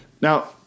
Now